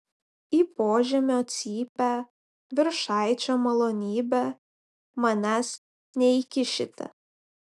į požemio cypę viršaičio malonybe manęs neįkišite